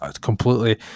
completely